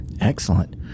Excellent